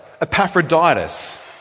Epaphroditus